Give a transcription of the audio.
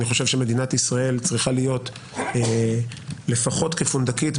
אני חושב שמדינת ישראל צריכה להיות לפחות כפונדקית,